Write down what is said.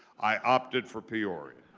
i opted for peoria.